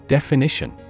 Definition